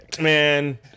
Man